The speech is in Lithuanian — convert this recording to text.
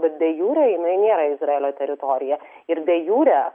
bet de jure jinai nėra izraelio teritorija ir de jure